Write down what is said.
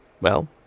Well